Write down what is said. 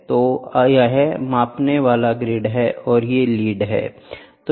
तो यह मापने वाला ग्रिड है और ये लीड हैं